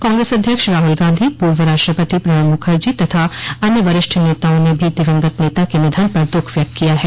कांग्रेस अध्यक्ष राहुल गांधी पूर्व राष्ट्रपति प्रणब मुखर्जी तथा अन्य वरिष्ठ नेताओं ने भी दिवंगत नेता के निधन पर दुःख व्यक्त किया है